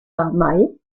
mae